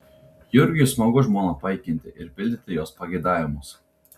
jurgiui smagu žmoną paikinti ir pildyti jos pageidavimus